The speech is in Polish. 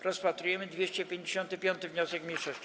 Rozpatrujemy 255. wniosek mniejszości.